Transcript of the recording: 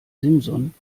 simson